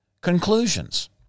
conclusions